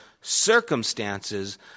circumstances